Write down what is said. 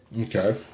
Okay